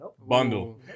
Bundle